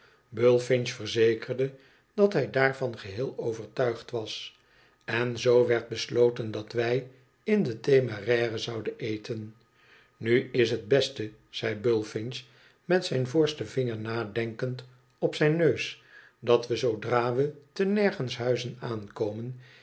bullfinch verzekerde dat hij daarvan geheel overtuigd was en zoo werd besloten dat wij in de temeraire zouden eten nu is het beste zei bullfinch met zijn voorste vinger nadenkend op zijn neus dat we zoodra we te nergenshuizen aankomen